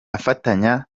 afatanya